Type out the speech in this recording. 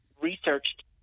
researched